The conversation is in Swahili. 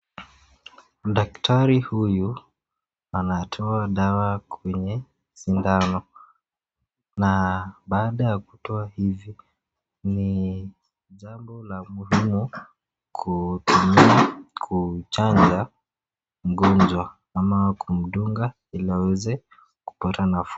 Daktari huyu anatoa dawa kwenye sindano na baada ya kutoa hivi ni jambo la muhimu kuchanja mgonjwa ama kumdunga ili aweze kupata nafuu.